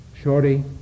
Shorty